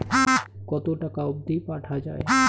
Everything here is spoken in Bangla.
কতো টাকা অবধি পাঠা য়ায়?